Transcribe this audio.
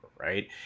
right